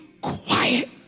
quiet